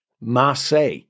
Marseille